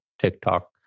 TikTok